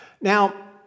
Now